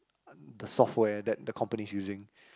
the software that the company using